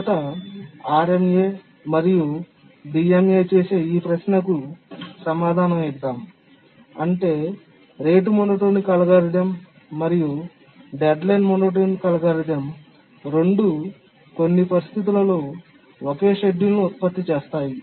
మొదట RMA మరియు DMA చేసే ఈ ప్రశ్నకు సమాధానం ఇద్దాం అంటే రేటు మోనోటోనిక్ అల్గోరిథం మరియు డెడ్లైన్ మోనోటోనిక్ అల్గోరిథం రెండూ కొన్ని పరిస్థితులలో ఒకే షెడ్యూల్ను ఉత్పత్తి చేస్తాయి